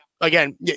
again